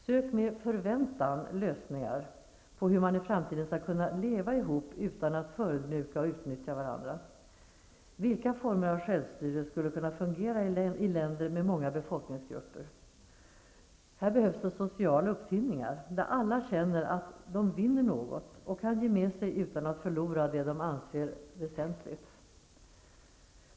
Sök med förväntan lösningar på hur man i framtiden skall kunna leva ihop utan att förödmjuka och utnyttja varandra! Vilka former för självstyre skulle kunna fungera i länder med många befolkningsgrupper? Här behövs det sociala uppfinningar, där alla känner att de vinner något och kan ge med sig utan att förlora det de anser väsentligt.